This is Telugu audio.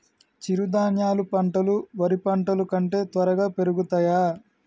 చిరుధాన్యాలు పంటలు వరి పంటలు కంటే త్వరగా పెరుగుతయా?